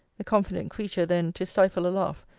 the confident creature then, to stifle a laugh,